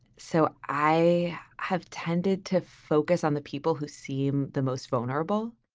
so i have tended to focus on the people who seem the most vulnerable